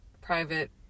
private